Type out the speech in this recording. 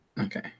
okay